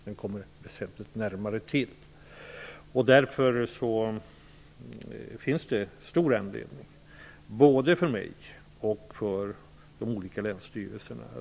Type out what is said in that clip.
Den kommer väsentligt närmare till. Därför finns det stor anledning att se positivt på den här verksamheten både för mig och för de olika länsstyrelserna.